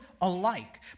alike